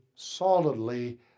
solidly